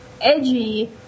edgy